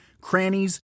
crannies